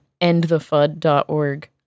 endthefud.org